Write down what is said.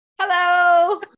Hello